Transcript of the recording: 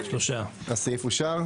הצבעה בעד 4 נמנעים 3 אושר.